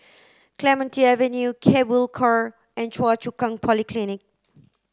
Clementi Avenue Cable Car and Choa Chu Kang Polyclinic